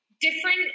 different